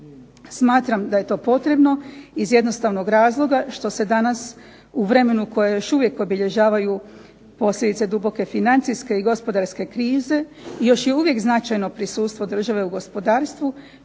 Smatram da je to potrebno iz jednostavnog razloga što se danas u vremenu koje još uvijek obilježavaju posljedice duboke financijske i gospodarske krize, i još je uvijek značajno prisustvo države u gospodarstvu,